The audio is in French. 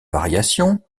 variation